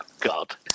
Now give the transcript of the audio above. God